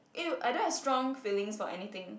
!ew! I don't have strong feelings for anything